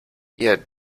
ihr